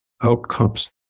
outcomes